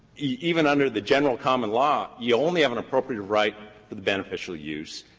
even under the general common law, you only have an appropriative right for the beneficial use,